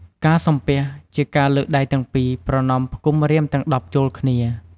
ការសំពះ ជាការលើកដៃទាំងពីរ ប្រណមផ្គុំម្រាមទាំង១០ចូលគ្នា។